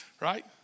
right